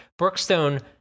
Brookstone